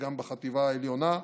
וגם בחטיבה העליונה.